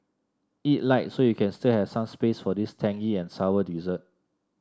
eat light so you can still have some space for this tangy and sour dessert